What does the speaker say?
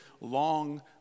long